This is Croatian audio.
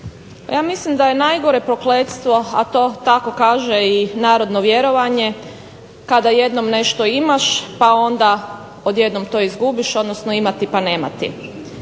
Ja mislim da je najgore prokletstvo, a to tako kaže i narodno vjerovanje, kada jednom nešto imaš pa onda odjednom to izgubiš, odnosno imati pa nemati.